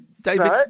David